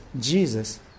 Jesus